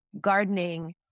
gardening